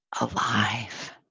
alive